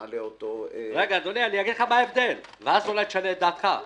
אומר לך מה ההבדל, ואז אולי תשנה את דעתך.